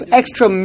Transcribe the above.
extra